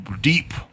deep